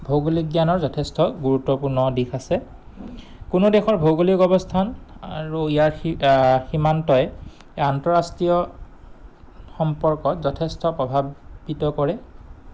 ভৌগোলিক জ্ঞানৰ যথেষ্ট গুৰুত্বপূৰ্ণ দিশ আছে কোনো দেশৰ ভৌগোলিক অৱস্থান আৰু ইয়াৰ সীমান্তই আন্তঃৰাষ্ট্ৰীয় সম্পৰ্কত যথেষ্ট প্ৰভাৱিত কৰে